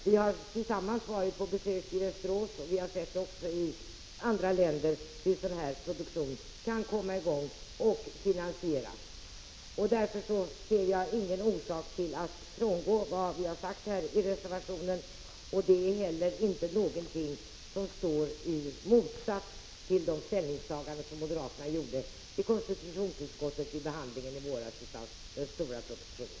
Vi har tillsammans varit på besök i Västerås, och vi har också i andra länder sett hur sådan här produktion kan komma i gång och finansieras. Därför ser jag ingen orsak att frångå vad vi har sagt i reservationen, och det står inte heller i motsats till moderaternas ställningstaganden vid konstitutionsutskottets behandling av budgetpropositionen i våras.